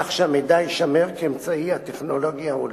כך שהמידע יישמר באמצעי הטכנולוגי ההולם.